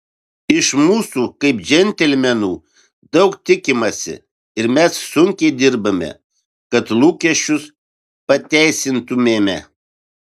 iš mūsų kaip džentelmenų daug tikimasi ir mes sunkiai dirbame kad lūkesčius pateisintumėme